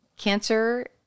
Cancer